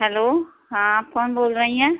hello हाँ आप कौन बोल रही हैं